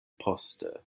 poste